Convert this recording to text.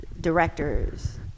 directors